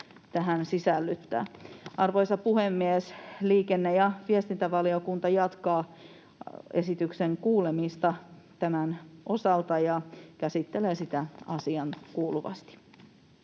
tähän sisällyttää. Arvoisa puhemies! Liikenne‑ ja viestintävaliokunta jatkaa esityksen asiantuntijakuulemista tämän osalta ja käsittelee sitä asiaankuuluvasti.